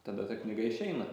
tada ta knyga išeina